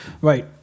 Right